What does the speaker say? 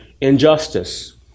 Injustice